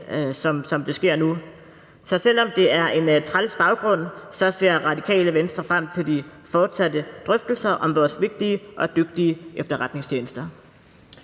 som det sker nu? Så selv om det er på en træls baggrund, ser Radikale Venstre frem til de fortsatte drøftelser om vores vigtige og dygtige efterretningstjenester.